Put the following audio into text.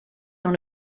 dans